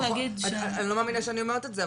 אני לא מאמינה שאני אומרת את זה,